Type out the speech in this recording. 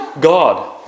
God